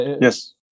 yes